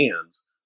hands